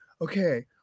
okay